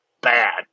bad